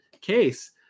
case